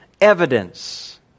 evidence